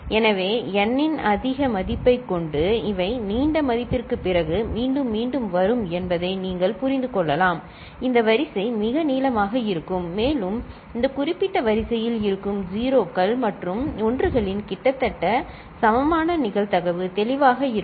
எனவே n இன் அதிக மதிப்பைக் கொண்டு இவை நீண்ட மதிப்பிற்குப் பிறகு மீண்டும் மீண்டும் வரும் என்பதை நீங்கள் புரிந்து கொள்ளலாம் இந்த வரிசை மிக நீளமாக இருக்கும் மேலும் இந்த குறிப்பிட்ட வரிசையில் இருக்கும் 0 கள் மற்றும் 1 களின் கிட்டத்தட்ட சமமான நிகழ்தகவு தெளிவாக இருக்கும்